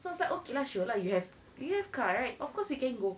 so it's like okay lah sure lah you have you have car right of course we can go